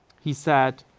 he said,